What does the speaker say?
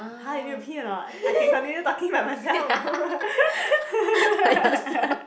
!huh! you need to pee or not I can continue talking by myself